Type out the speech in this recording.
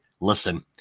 Listen